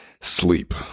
sleep